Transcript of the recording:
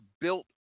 built